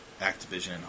Activision